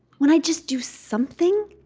when i just do something,